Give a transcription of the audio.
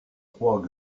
trois